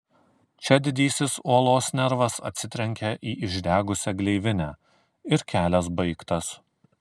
čia didysis uolos nervas atsitrenkia į išdegusią gleivinę ir kelias baigtas